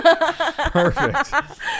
perfect